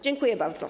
Dziękuję bardzo.